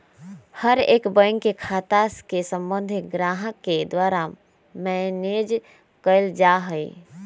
हर एक बैंक के खाता के सम्बन्धित ग्राहक के द्वारा मैनेज कइल जा हई